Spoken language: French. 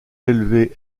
élevée